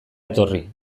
etorri